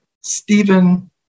Stephen